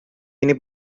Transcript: ini